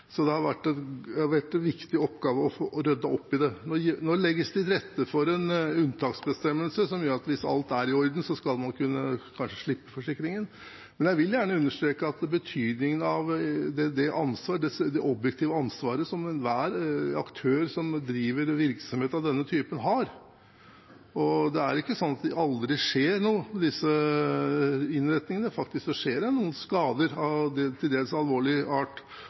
Så det har vært en viktig oppgave å få ryddet opp i det. Nå legges det til rette for en unntaksbestemmelse som gjør at hvis alt er i orden, skal man kanskje kunne slippe forsikringen. Men jeg vil gjerne understreke betydningen av det objektive ansvaret som enhver aktør som driver virksomhet av denne typen, har, og det er ikke sånn at det aldri skjer noe med disse innretningene. Faktisk skjer det noen skader av til dels alvorlig art,